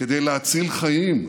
כדי להציל חיים.